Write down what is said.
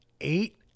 Eight